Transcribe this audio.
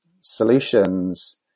solutions